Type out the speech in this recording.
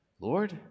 Lord